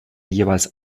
jeweils